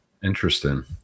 Interesting